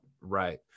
right